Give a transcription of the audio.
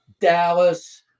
Dallas